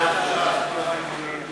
היציאה לעבודה, התשע"ג 2013,